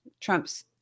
Trump's